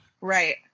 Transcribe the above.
Right